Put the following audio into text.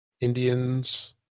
Indians